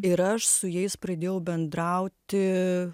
ir aš su jais pradėjau bendrauti